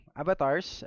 avatars